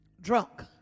drunk